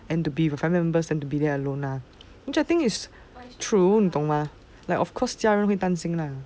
and to be with family members and to be there are alone ah actually I think it is true 你懂吗 like of course 家会担心 lah